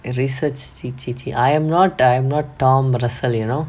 and research சீ சீ:chee chee I am not I am not tomrasel you know